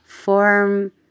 form